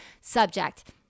subject